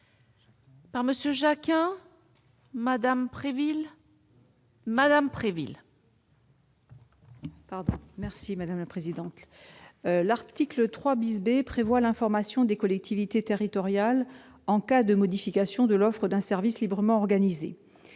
par M. Jacquin, Mme Préville,